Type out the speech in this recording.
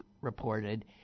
reported